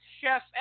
Chef